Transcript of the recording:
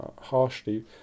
harshly